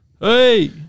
Hey